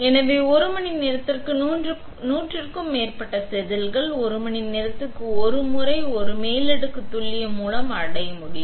எனவே ஒரு மணி நேரத்திற்கு 100 க்கும் மேற்பட்ட செதில்கள் ஒரு மணிநேரத்திற்கு ஒரு முறை ஒரு மேலடுக்கு துல்லியம் மூலம் அடைய முடியும்